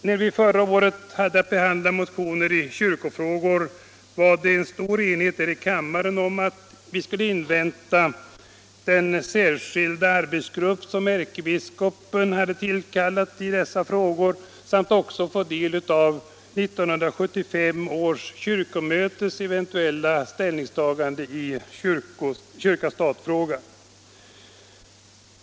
När vi förra året hade att behandla motioner i kyrkofrågor var det stor enighet här i kammaren om att vi skulle invänta resultatet av den särskilda arbetsgrupp som ärkebiskopen hade tillkallat i dessa frågor samt få del av 1975 års kyrkomötes eventuella ställningstagande i kyrka-stat-frågan.